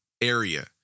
area